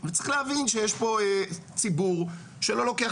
אבל צריך להבין שיש פה ציבור שלא לוקח